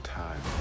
time